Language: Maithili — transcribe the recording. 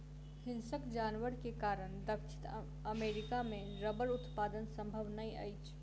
हिंसक जानवर के कारण दक्षिण अमेरिका मे रबड़ उत्पादन संभव नै अछि